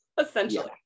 essentially